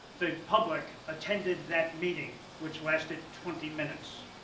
the public attended that meeting which lasted twenty minutes.